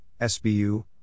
SBU